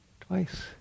twice